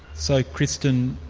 so, kristen,